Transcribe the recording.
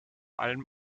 allem